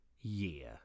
year